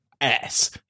ass